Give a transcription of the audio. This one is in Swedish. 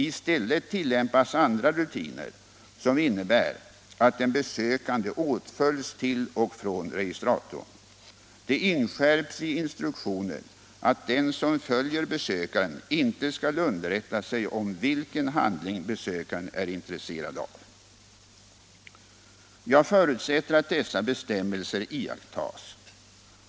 I stället tillämpas andra rutiner, som innebär att den besökande åtföljs till och från registratorn. Det inskärps i instruktionen att den som följer besökaren inte skall underrätta sig om vilken handling besökaren är intresserad av. Jag förutsätter att dessa bestämmelser iakttas.